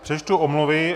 Přečtu omluvy.